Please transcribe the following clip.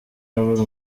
abura